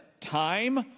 time